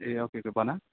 ए okay okay भन